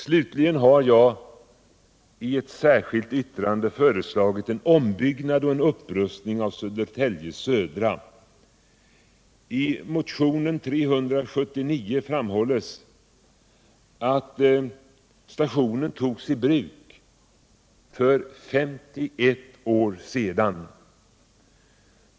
Slutligen har jag i ett särskilt yttrande tagit upp förslaget om en utbyggnad och upprustning av järnvägsstationen Södertälje Södra. I motionen 379 framhålls att stationen togs i bruk för 51 år sedan.